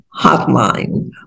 Hotline